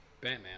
Batman